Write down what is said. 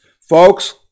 Folks